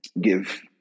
give